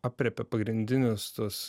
aprėpia pagrindinius tuos